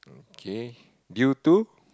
okay due to